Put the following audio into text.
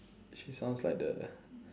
she sounds like the